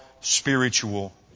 spiritual